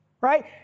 right